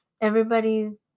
everybody's